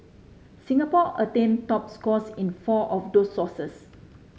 Singapore attained top scores in four of those sources